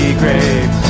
grave